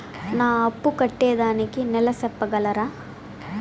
నా అప్పు కట్టేదానికి నెల సెప్పగలరా?